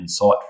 insightful